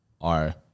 are-